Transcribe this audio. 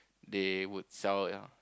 they would sell it ah